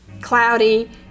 Cloudy